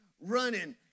running